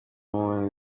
umuntu